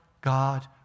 God